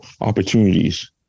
opportunities